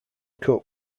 cup